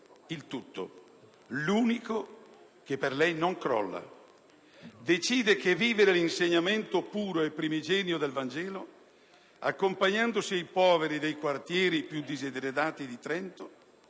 il tutto, l'unico che per lei non crolla. Decide che vivere l'insegnamento puro e primigenio del Vangelo, accompagnandosi ai poveri dei quartieri più diseredati di Trento,